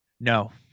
no